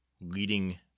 leading